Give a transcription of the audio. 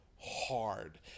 hard